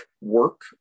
work